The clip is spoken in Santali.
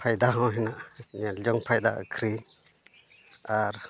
ᱯᱷᱟᱭᱫᱟ ᱦᱚᱸ ᱦᱮᱱᱟᱜᱼᱟ ᱧᱮᱞ ᱡᱚᱝ ᱯᱷᱟᱭᱫᱟ ᱟᱹᱠᱷᱨᱤᱧ ᱟᱨ